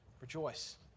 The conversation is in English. Rejoice